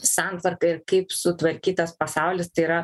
santvarką ir kaip sutvarkytas pasaulis tai yra